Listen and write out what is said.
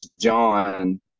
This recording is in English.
John